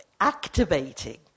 activating